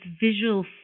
visual